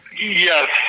Yes